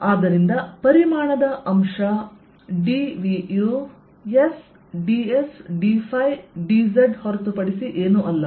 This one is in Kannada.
ಆದ್ದರಿಂದ ಪರಿಮಾಣದ ಅಂಶ dV ಯು s ds dϕ dz ಹೊರತುಪಡಿಸಿ ಏನೂ ಅಲ್ಲ